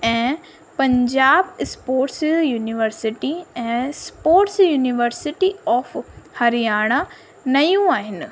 ऐं Punjab sports university ऐं sports university of Haryana नयूं आहिनि